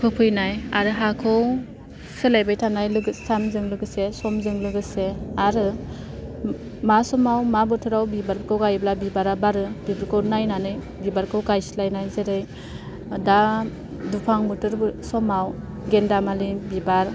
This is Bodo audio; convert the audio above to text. होफैनाय आरो हाखौ सोलायबाय थानाय सानजों लोगोसे समजों लोगोसे आरो मा समाव मा बोथोराव बिबारखौ गायब्ला बिबारा बारो बेफोरखौ नायनानै बिबारखौ गायस्लायनाय जेरै दा दुफां बोथोर समाव गेन्दामालि बिबार